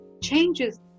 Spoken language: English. changes